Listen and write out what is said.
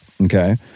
okay